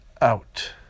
out